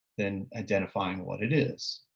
than identifying what it is.